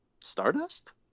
Stardust